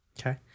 Okay